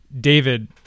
David